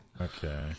Okay